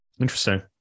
Interesting